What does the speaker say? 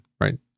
right